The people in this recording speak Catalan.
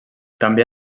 també